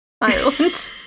Ireland